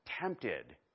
tempted